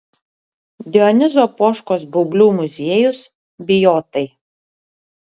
dionizo poškos baublių muziejus bijotai